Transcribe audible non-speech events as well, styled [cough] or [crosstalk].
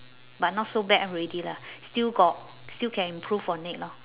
but not so bad already lah [breath] still got still can improve on it lor